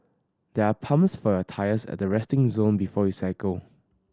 there are pumps for your tyres at the resting zone before you cycle